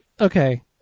okay